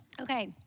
Okay